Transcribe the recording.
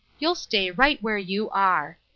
you'll stay right where you are!